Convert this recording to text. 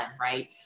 right